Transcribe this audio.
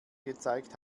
gezeigt